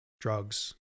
drugs